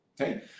Okay